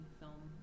film